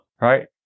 Right